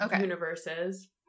universes